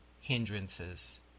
hindrances